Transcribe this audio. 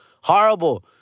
horrible